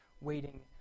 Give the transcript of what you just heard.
waiting